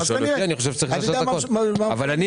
אין